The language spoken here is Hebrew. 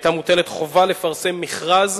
היתה מוטלת חובה לפרסם מכרז